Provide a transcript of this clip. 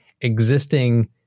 existing